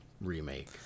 remake